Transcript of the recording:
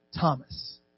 Thomas